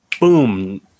Boom